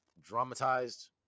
Dramatized